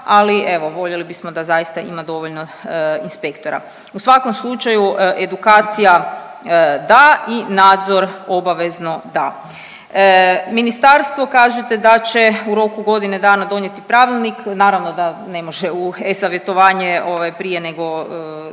ali evo, voljeli bismo da zaista ima dovoljno inspektora. U svakom slučaju, edukacija da i nadzor, obavezno da. Ministarstvo kažete da će u roku godine dana donijeti pravilnik, naravno da ne može e-Savjetovanje, ovaj, prije nego tu